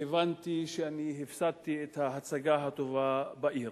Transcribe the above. והבנתי שאני הפסדתי את ההצגה הטובה בעיר.